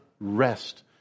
rest